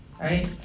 right